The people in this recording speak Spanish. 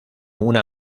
una